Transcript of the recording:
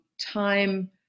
time